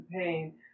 pain